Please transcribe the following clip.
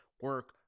Work